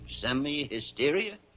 semi-hysteria